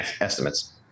estimates